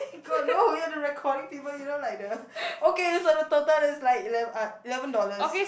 god no you had the recording people you know like the okay so the total is like ele~ uh eleven dollars